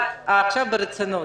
אבל עכשיו ברצינות: